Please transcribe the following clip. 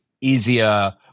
easier